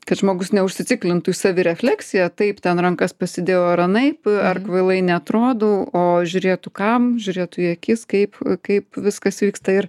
kad žmogus neužsitikrintų į savirefleksiją taip ten rankas pasidėjau ar anaip ar kvailai neatrodau o žiūrėtų kam žiūrėtų į akis kaip kaip viskas vyksta ir